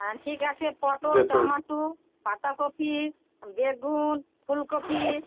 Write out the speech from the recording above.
হ্যাঁ ঠিক আছে পটল টমাটো পাতাকপি বেগুন ফুলকপি